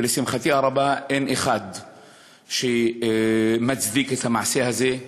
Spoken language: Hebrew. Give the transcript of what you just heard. ולשמחתי הרבה, אין אחד שמצדיק את המעשה הזה,